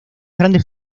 grandes